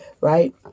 Right